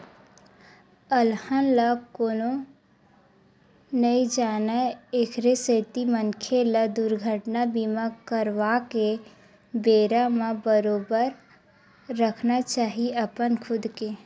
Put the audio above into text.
अलहन ल कोनो नइ जानय एखरे सेती मनखे ल दुरघटना बीमा करवाके बेरा म बरोबर रखना चाही अपन खुद के